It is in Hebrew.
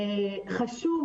חשוב,